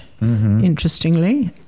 interestingly